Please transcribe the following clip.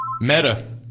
Meta